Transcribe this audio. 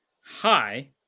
Hi